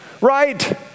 right